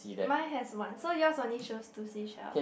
mine has one so yours only shows two seashells